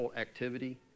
activity